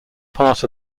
part